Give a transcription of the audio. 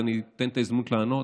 אז אני אתן את ההזדמנות לענות.